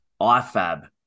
IFAB